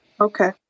Okay